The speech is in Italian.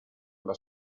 alla